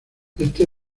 este